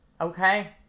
okay